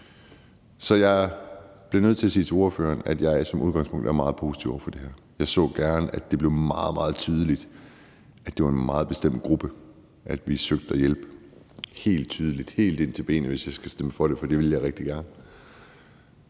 Så jeg vil sige til ordføreren, at jeg som udgangspunkt er meget positiv over for det her. Jeg så gerne, at det blev meget, meget tydeligt – helt ind til benet – at det var en meget bestemt gruppe, vi søgte at hjælpe, hvis jeg skal stemme for det, og det vil jeg rigtig gerne.